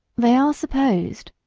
they are supposed,